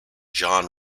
john